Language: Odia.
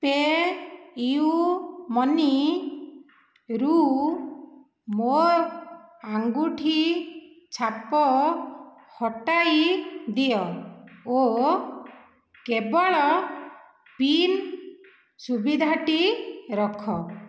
ପେ'ୟୁ'ମନିରୁ ମୋ ଆଙ୍ଗୁଠି ଛାପ ହଟାଇ ଦିଅ ଓ କେବଳ ପିନ୍ ସୁବିଧାଟି ରଖ